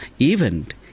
event